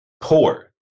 poor